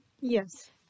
yes